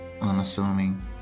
unassuming